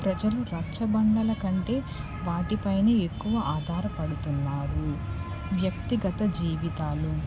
ప్రజలు రచ్చబండల కంటే వాటిపైనే ఎక్కువ ఆధారపడుతున్నారు వ్యక్తిగత జీవితాలు